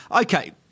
Okay